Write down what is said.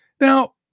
Now